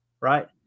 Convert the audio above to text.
right